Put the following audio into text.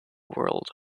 world